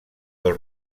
del